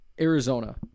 Arizona